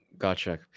Gotcha